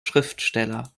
schriftsteller